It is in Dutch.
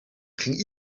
ging